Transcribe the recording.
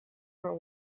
her